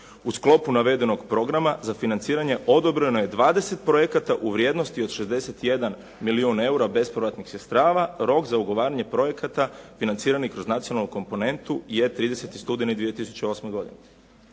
U sklopu navedenog programa za financiranje odobreno je 20 projekata u vrijednosti od 61 milijun EUR-a bespovratnih sredstava. Rok za ugovaranje projekata financiranih kroz nacionalnu komponentu je 30. studeni 2008. godine.»